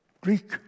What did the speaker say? Greek